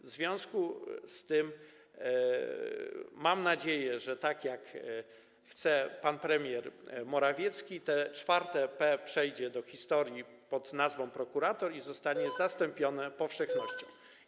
W związku z tym mam nadzieję, że tak jak chce pan premier Morawiecki, to czwarte P przejdzie do historii pn. prokurator i zostanie zastąpione powszechnością.